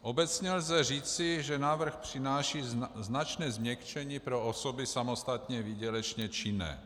Obecně lze říci, že návrh přináší značné změkčení pro osoby samostatně výdělečně činné.